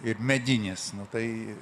kaip medinis nu tai